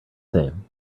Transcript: same